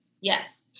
Yes